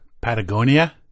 Patagonia